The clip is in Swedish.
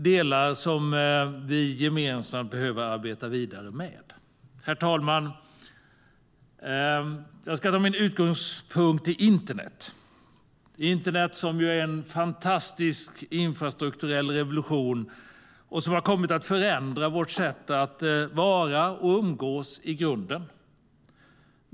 Det är delar som vi gemensamt behöver arbeta vidare med. Herr talman! Jag ska ta min utgångspunkt i internet. Internet är en fantastisk infrastrukturell revolution, som har kommit att förändra vårt sätt att vara och umgås i grunden.